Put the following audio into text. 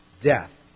Death